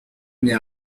m’est